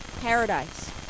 paradise